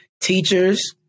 Teachers